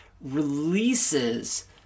releases